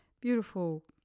Beautiful